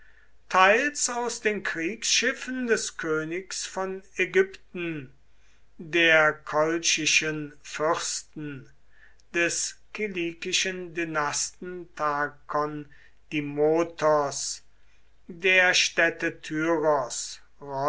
teils aus den kriegsschiffen des königs von ägypten der kolchischen fürsten des kilikischen dynasten tarkondimotos der städte